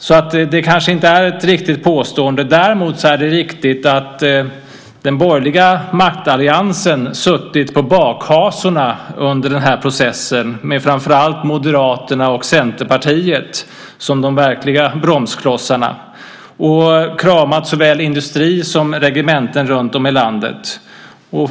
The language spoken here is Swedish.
Så det är kanske inte ett riktigt påstående. Däremot är det riktigt att den borgerliga maktalliansen suttit på bakhasorna under den här processen med framför allt Moderaterna och Centerpartiet som de verkliga bromsklossarna. De har kramat såväl industri som regementen runtom i landet. Herr talman!